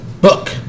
book